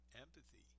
empathy